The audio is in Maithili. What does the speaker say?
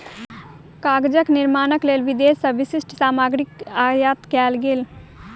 कागजक निर्माणक लेल विदेश से विशिष्ठ सामग्री आयात कएल गेल